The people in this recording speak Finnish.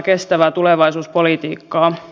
arvoisa puhemies